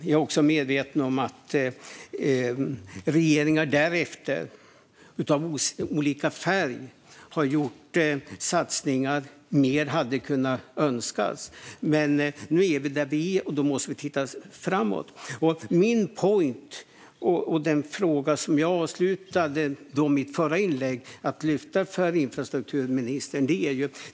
Jag är också medveten om att regeringar därefter av olika färg har gjort satsningar. Mer hade kunnat önskas. Men nu är vi där vi är, och då måste vi titta framåt. Min point, och den fråga som jag avslutade mitt förra inlägg med att lyfta för infrastrukturministern, är följande.